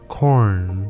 Corn